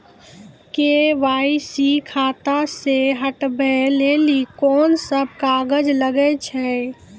KYC खाता से हटाबै लेली कोंन सब कागज लगे छै?